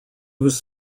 was